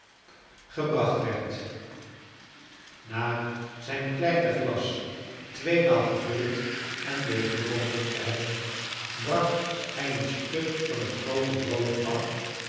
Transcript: gebracht werd na zijn kleine glas twee malen gevuld en leeggedronken te hebben brak hij een stuk van het groote brood af